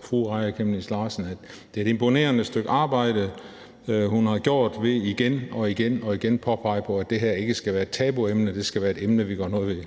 fru Aaja Chemnitz Larsen, at det er et imponerende stykke arbejde, hun har gjort, ved igen og igen at påpege, at det her ikke skal være et tabuemne, men at det skal være et emne, vi gør noget ved.